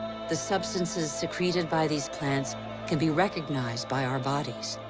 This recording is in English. the substances secreted by these plants can be recognized by our bodies.